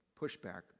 pushback